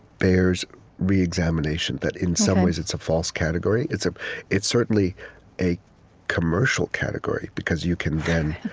bears reexamination. that, in some ways, it's a false category. it's ah it's certainly a commercial category, because you can then,